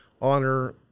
honor